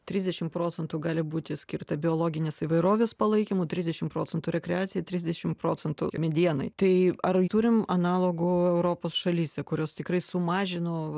trisdešim procentų gali būti skirta biologinės įvairovės palaikymui trisdešim procentų rekreacijai trisdešim procentų medienai tai ar turim analogų europos šalyse kurios tikrai sumažino